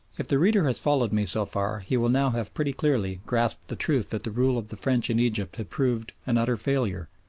if the reader has followed me so far he will now have pretty clearly grasped the truth that the rule of the french in egypt had proved an utter failure,